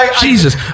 Jesus